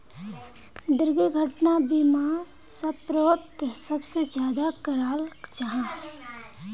दुर्घटना बीमा सफ़रोत सबसे ज्यादा कराल जाहा